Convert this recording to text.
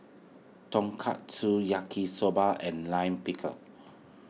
Tonkatsu Yaki Soba and Lime Pickle